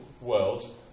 world